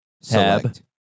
Select